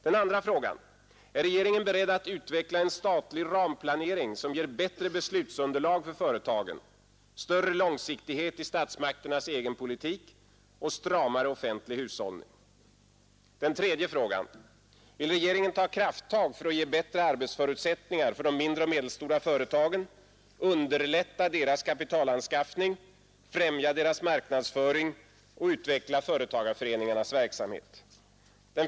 För det andra: Är regeringen beredd att utveckla en statlig ramplanering som ger bättre beslutsunderlag för företagen, större långsiktighet i statsmakternas egen politik och stramare offentlig hushållning? För det tredje: Vill regeringen ta krafttag för att ge bättre arbetsförutsättningar för de mindre och medelstora företagen, underlätta deras kapitalanskaffning, främja deras marknadsföring och utveckla företagarföreningarnas verksamhet?